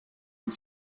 mit